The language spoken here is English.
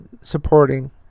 supporting